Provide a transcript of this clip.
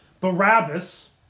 Barabbas